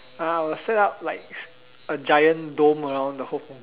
I will set up like a giant dome around the whole Punggol